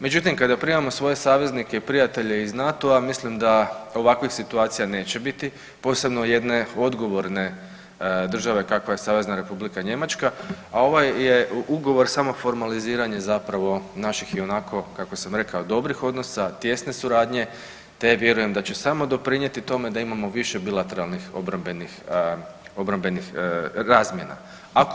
Međutim kada primamo svoje saveznike i prijatelje iz NATO-a mislim da ovakvih situacija neće biti posebno jedne odgovorne države kakva je Savezna Republika Njemačka, a ovaj je ugovor samo formaliziranje naših ionako kako sam rekao dobrih odnosa, tijesne suradnje te vjerujem da će samo doprinijeti tome da imamo više bilateralnih obrambenih, obrambenih razmjena.